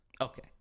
Okay